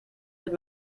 mit